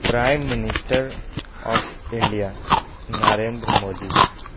prime minister of India Narendra Modi